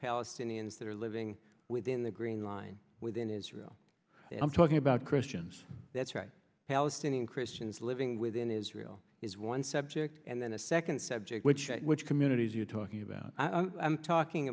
palestinians that are living within the green line within israel and i'm talking about christians that's right palestinian christians living within israel is one subject and then the second subject which which communities you're talking about i'm talking